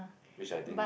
which I think